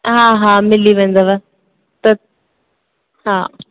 हा हा मिली वेंदव त हा